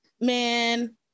man